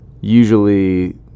usually